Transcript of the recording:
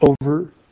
over